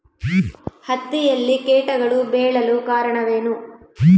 ಹತ್ತಿಯಲ್ಲಿ ಕೇಟಗಳು ಬೇಳಲು ಕಾರಣವೇನು?